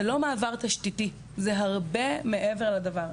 זה לא מעבר תשתיתי, זה הרבה מעבר לזה.